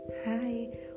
Hi